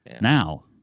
now